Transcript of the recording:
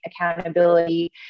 accountability